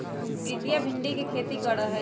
प्रीतिया भिंडी के खेती करा हई